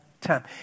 time